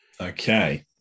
okay